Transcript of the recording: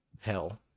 hell